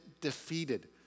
defeated